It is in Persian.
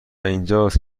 اینجاست